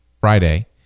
friday